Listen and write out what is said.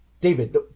David